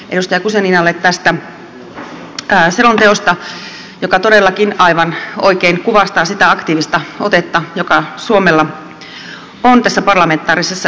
edustaako se niin valtuuskunnan puheenjohtajalle edustaja guzeninalle tästä selonteosta joka todellakin aivan oikein kuvastaa sitä aktiivista otetta joka suomella on tässä parlamentaarisessa yhteistyössä